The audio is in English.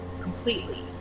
completely